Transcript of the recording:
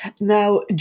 Now